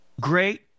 great